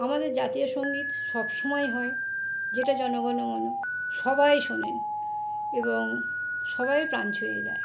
আমাদের জাতীয় সঙ্গীত সব সমায় হয় যেটা জন গণ মন সবাই শোনেন এবং সবাইয়ের প্রাণ ছুঁয়ে যায়